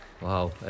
Wow